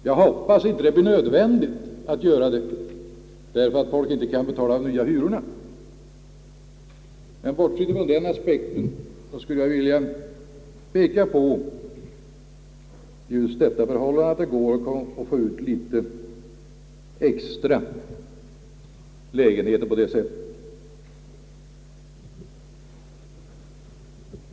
Jag hoppas inte att det blir nödvändigt att göra det för att folk inte kan betala de nya hyrorna, men bortsett från den aspekten skulle jag vilja peka på att det går att få ut litet extra lägenheter på detta sätt.